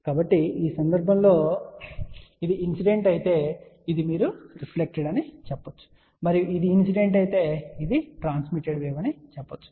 కాబట్టి ఈ సందర్భంలో ఇది ఇన్సిడెంట్ అయితే ఇది మీరు రిఫ్లెక్టెడ్ అని చెప్పవచ్చు మరియు ఇది ఇన్సిడెంట్ అయితే ఇది ట్రాన్స్ మిటెడ్ వేవ్ అవుతుంది సరే